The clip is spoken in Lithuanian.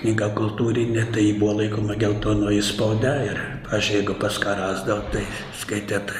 knyga kultūrinė tai buvo laikoma geltonoji spauda ir aš jeigu pas ką rasdavau tai skaitėt